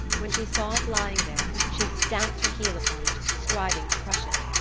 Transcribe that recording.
when she saw it lying there, she stamped her heel upon it, striving to crush it.